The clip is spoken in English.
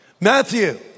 Matthew